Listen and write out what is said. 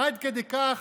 עד כדי כך,